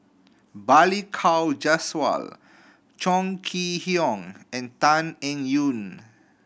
Balli Kaur Jaswal Chong Kee Hiong and Tan Eng Yoon